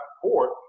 support